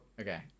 okay